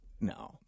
No